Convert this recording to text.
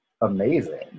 amazing